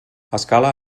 escala